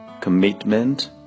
commitment